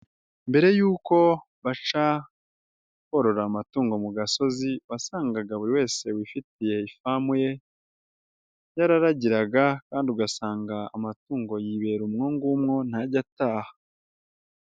Mbere yuko baca korora amatungo mu gasozi wasangaga buri wese wifitiye ifamu ye yararagiraga kandi ugasanga amatungo yibera umwo ngumwo ntajya ataha.